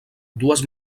dues